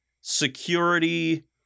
security